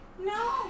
No